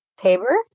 Tabor